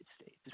States